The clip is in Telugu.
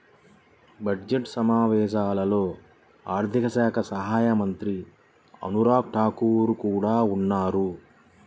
బడ్జెట్ సమావేశాల్లో ఆర్థిక శాఖ సహాయక మంత్రి అనురాగ్ ఠాకూర్ కూడా ఉన్నారు